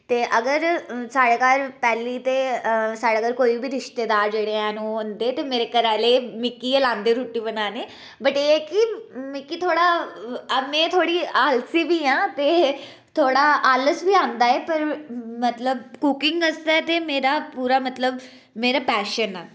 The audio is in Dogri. ते अगर साढ़े घर पैह्ली ते साढ़े घर कोई बी रिश्तेदार जेह्ड़े हैन ओह् औंदे ते मेरे घरै आह्ले मिकी गै लांदे रुट्टी बनाने बट एह् ऐ के मिकी थोह्ड़ा में थोह्ड़ी आलसी बी आं ते थोह्ड़ा आलस बी औंदा ऐ पर मतलब कुकिंग आस्तै ते मेरा पूरा मतलब मेरा पैशन ऐ